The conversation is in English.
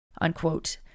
unquote